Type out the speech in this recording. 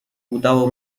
udało